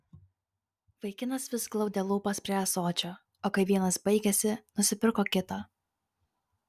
vaikinas vis glaudė lūpas prie ąsočio o kai vynas baigėsi nusipirko kitą